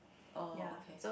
oh okay